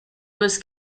was